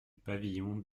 pavillon